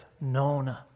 known